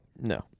No